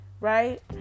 right